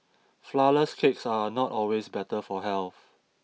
flourless cakes are not always better for health